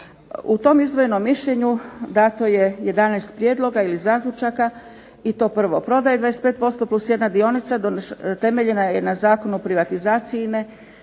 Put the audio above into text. U tom izdvojenom mišljenju dato je 11 prijedloga ili zaključaka i to: 1. Prodaja 25%+1 dionica temeljena je na zakonu o privatizaciji